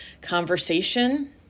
conversation